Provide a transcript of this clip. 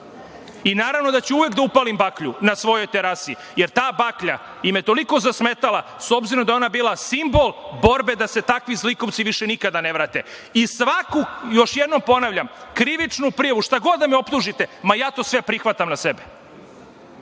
vas. Naravno da ću uvek da upalim baklju na svojoj terasi, jer ta baklja im je toliko zasmetala, s obzirom da je ona bila simbol borbe da se takvi zlikovci više nikada ne vrate. Još jednom ponavljam, krivičnu prijavu, šta god da me optužite, ma ja to sve prihvatam na sebe,